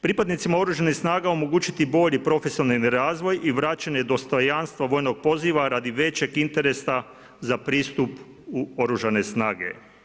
Pripadnicima OS omogućiti bolji profesionalni razvoj i vraćanje dostojanstva vojnog poziva radi većeg interesa za pristup u OS.